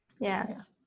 Yes